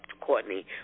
Courtney